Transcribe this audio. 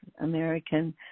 American